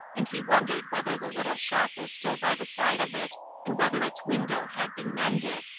and he wondered whether the little shop was still by the side of it and whether its window had been mended.